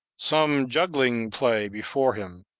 some juggling play before him.